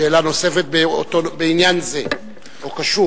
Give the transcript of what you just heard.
שאלה נוספת בעניין הזה או קשור.